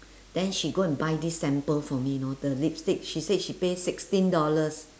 then she go and buy this sample for me you know the lipstick she said she pay sixteen dollars